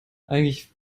eigentlich